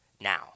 now